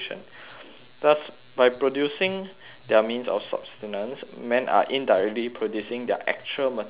thus by producing their means of subsistence men are indirectly producing their actual material life